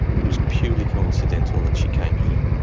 it was purely co-incidental that she came here.